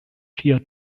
ĝia